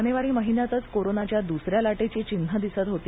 जानेवारी महिन्यातच कोरोनाच्या दुसऱ्या लाटेची चिन्हं दिसत होती